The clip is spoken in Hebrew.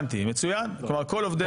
ברור.